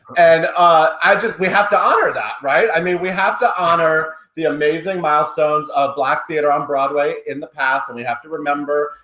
and ah we have to honor that, right? i mean, we have to honor the amazing milestones of black theater on broadway in the past and we have to remember.